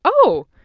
oh.